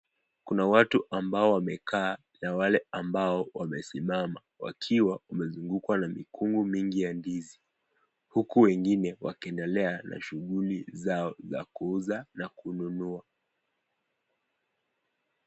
Kuna watu ambao wamekaa na wale ambao wamesimama wakiwa wamezungukwa na mikungu mingi ya ndizi huku wengine wakiendelea na shughuli zao za kuuza na kununua.